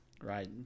Right